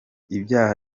ibyaha